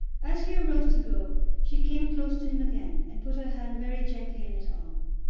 as he arose to go, she came close to him again, and put her hand very gently on his arm.